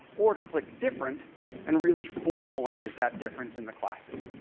or to click different and really formalize that difference in the classes.